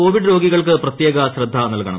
Covid രോഗികൾ ക്ക് പ്രത്യേക ശ്രദ്ധ നൽകണം